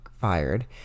fired